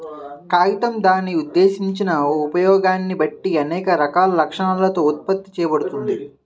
కాగితం దాని ఉద్దేశించిన ఉపయోగాన్ని బట్టి అనేక రకాల లక్షణాలతో ఉత్పత్తి చేయబడుతుంది